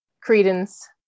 credence